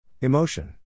Emotion